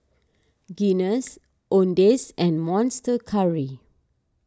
Guinness Owndays and Monster Curry